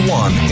one